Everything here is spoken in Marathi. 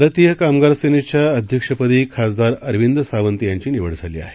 भारतीय कामगार सेनेच्या अध्यक्षपदी खासदार अरविंद सावंत यांची निवड झाली आहे